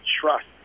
Trust